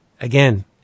again